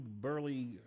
burly